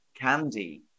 candy